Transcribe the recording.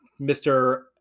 Mr